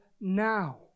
now